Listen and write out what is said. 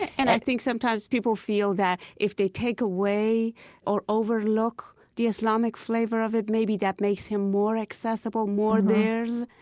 and i think sometimes people feel that if they take away or overlook the islamic flavor of it, maybe that makes him more accessible, more theirs.